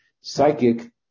psychic